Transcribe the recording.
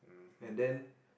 and then